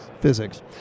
physics